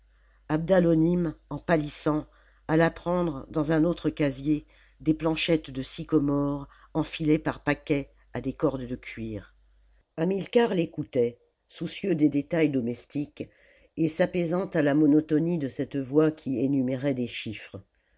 abdalonim en pâlissant alla prendre dans un autre casier des planchettes de sycomore enfilées par paquets à des cordes de cuir hamilcar l'écoutait soucieux des détails domestiques et s'apaisant à la monotonie de cette voix qui énumérait des chiffres